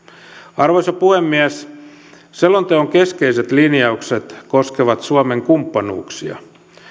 arvoisa puhemies selonteon keskeiset linjaukset koskevat suomen kumppanuuksia